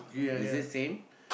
is it same